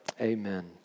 Amen